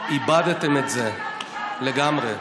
איבדתם את זה לגמרי.